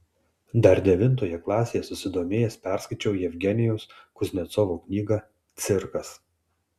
dar devintoje klasėje susidomėjęs perskaičiau jevgenijaus kuznecovo knygą cirkas